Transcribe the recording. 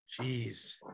jeez